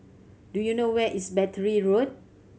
do you know where is Battery Road